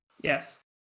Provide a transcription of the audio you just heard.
Yes